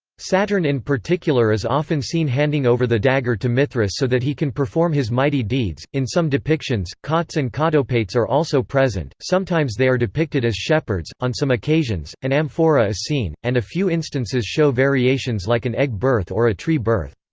saturn in particular is often seen handing over the dagger to mithras so that he can perform his mighty deeds in some depictions, cautes and cautopates are also present sometimes they are depicted as shepherds on some occasions, an amphora is seen, and a few instances show variations like an egg birth or a tree birth.